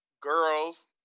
girls